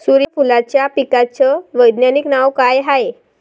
सुर्यफूलाच्या पिकाचं वैज्ञानिक नाव काय हाये?